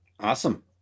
Awesome